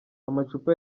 amacupa